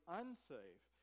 unsafe